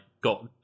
got